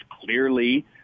clearly